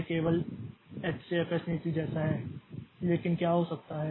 इसलिए यह केवल एचसीएफएस नीति जैसा है लेकिन क्या हो सकता है